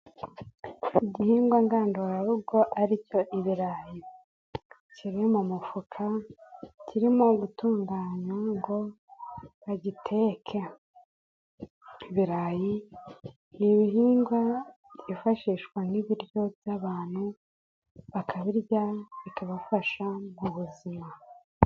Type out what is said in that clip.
Igihingwa ngandurarugo ari cyo ibirayi kiri mu mufuka kirimo gutunganywa ngo bagiteke, ibirayi ni ibihingwa byifashishwa nk'ibiryo by'abantu bakabirya bikabafasha mu buzima.